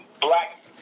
black